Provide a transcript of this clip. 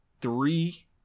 three